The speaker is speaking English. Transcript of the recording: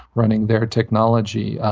running their technology.